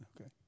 Okay